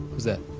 that?